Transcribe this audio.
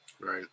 Right